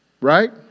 right